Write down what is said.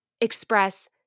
express